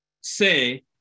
say